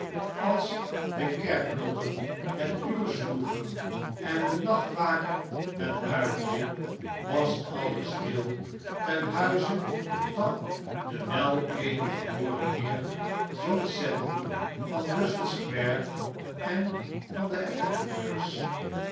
als de kerkklokken het uur s loegen en de nachtwaker het uitriep was alles stil ten huize van den weledelgeboren heer john sedley van russell square en van de